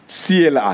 CLI